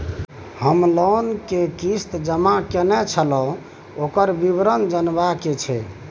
हम लोन के किस्त जमा कैलियै छलौं, ओकर विवरण जनबा के छै?